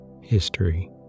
history